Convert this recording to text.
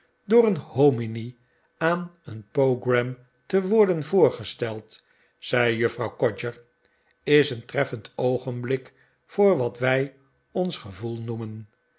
door een hominy aan een pogram te worden voorgesteld zei juffrouw codger is een treffend oogenblik voor wat wij ons gevoel noemen